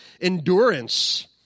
endurance